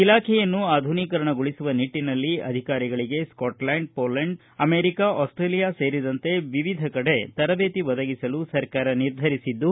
ಇಲಾಖೆಯನ್ನು ಆಧುನೀಕರಣಗೊಳಸುವ ನಿಟ್ಟನಲ್ಲಿ ಅಧಿಕಾರಿಗಳಿಗೆ ಸ್ಥಾಟ್ಲ್ಯಾಂಡ್ ಪೊಲೆಂಡ್ ಅಮೇರಿಕ ಆಸ್ಸೇಲಿಯಾ ಸೇರಿದಂತೆ ವಿವಿಧ ಕಡೆ ತರಬೇತಿ ಒದಗಿಸಲು ಸರ್ಕಾರ ನಿರ್ಧರಿಸಿದ್ದು